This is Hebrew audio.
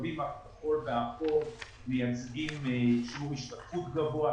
הקווים הכחול והאפור מייצגים שיעור השתתפות גבוה.